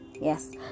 yes